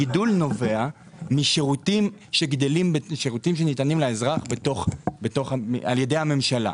הגידול נובע משירותים שניתנים לאזרח ע"י הממשלה,